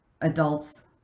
adults